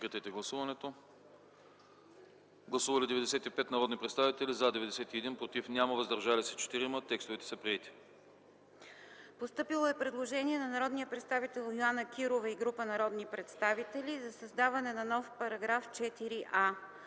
Постъпило е предложение от народния представител Йоана Кирова и група народни представители за създаване на нов § 4а.